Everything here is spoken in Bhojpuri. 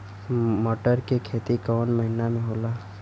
मटर क खेती कवन महिना मे होला?